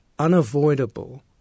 unavoidable